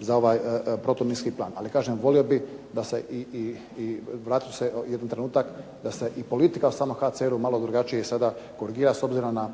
za ovaj protuminski plan. Ali kažem, volio bih da se i vratit ću se jedan trenutak, da se i politika u samom HCR-u malo drugačije sada korigira, s obzirom na